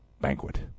banquet